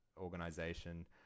organization